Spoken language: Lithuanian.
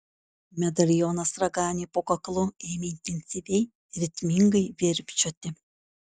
medalionas raganiui po kaklu ėmė intensyviai ritmingai virpčioti